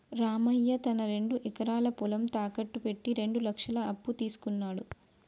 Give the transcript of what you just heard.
రామయ్య తన రెండు ఎకరాల పొలం తాకట్టు పెట్టి రెండు లక్షల అప్పు తీసుకున్నడు